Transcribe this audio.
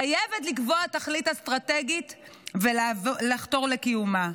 חייבת לקבוע תכלית אסטרטגית ולחתור לקיומה.